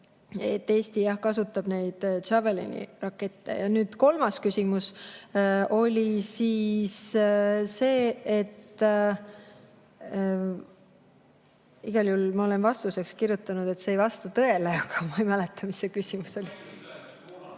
et Eesti kasutab jah Javelini rakette. Kolmas küsimus oli siis see, et ... Igal juhul ma olen vastuseks kirjutanud, et see ei vasta tõele, aga ma ei mäleta, mis see küsimus oli.